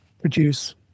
produce